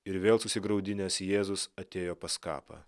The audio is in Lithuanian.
ir vėl susigraudinęs jėzus atėjo pas kapą